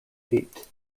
feet